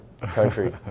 country